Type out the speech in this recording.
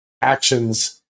actions